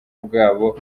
bwabo